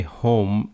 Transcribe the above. home